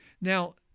Now